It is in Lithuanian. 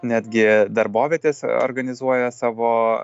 netgi darbovietės organizuoja savo